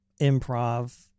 improv